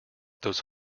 those